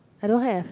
I don't have